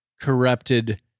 corrupted